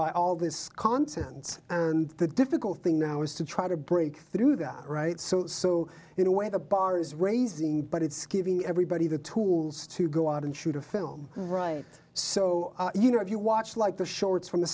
by all this continents the difficult thing now is to try to break through that right so so in a way the bar is raising but it's giving everybody the tools to go out and shoot a film so you know if you watch like the shorts from the